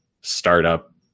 startup